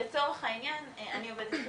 לצורך העניין אני עובדת כנסת,